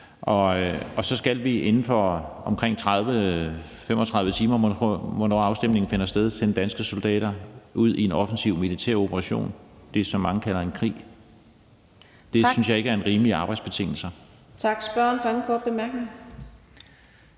og så skal vi inden for omkring 30-35 timer, hvornår afstemningen nu finder sted, sende danske soldater ud i en offensiv militær operation – det, som mange kalder en krig. Det synes jeg ikke er rimelige arbejdsbetingelser. Kl. 11:19 Fjerde